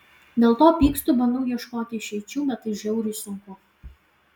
dėl to pykstu bandau ieškoti išeičių bet tai žiauriai sunku